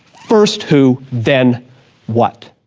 first who, then what.